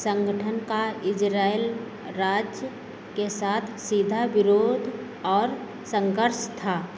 संगठन का इज़राइल राज्य के साथ सीधा विरोध और संघर्ष था